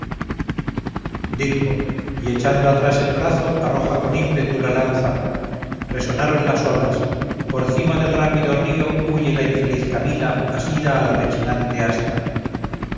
dijo y echando atrás el brazo arroja con ímpetu la lanza resonaron las olas por cima del rápido río huye la infeliz camila asida a la rechinante asta